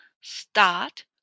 start